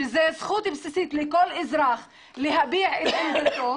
שזו זכות בסיסית לכל אזרח להביע את עמדתו